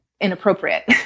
inappropriate